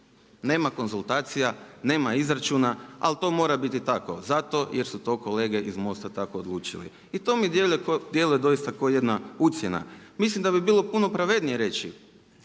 Nema konzultacija, nema izračuna ali to mora biti tako, zato jer su to kolege iz MOST-a tako odlučili. I to mi djeluje doista ko jedna ucjena. Mislim da bi bilo puno pravednije reći,